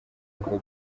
avuga